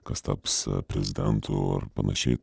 kas taps prezidentu ar panašiai